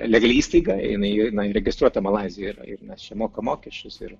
legali įstaiga jinai jinai registruota malaizijoj yra ir mes čia mokam mokesčius ir